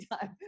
time